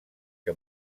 que